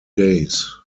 days